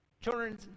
Children